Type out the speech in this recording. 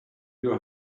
your